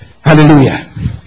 Hallelujah